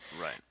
Right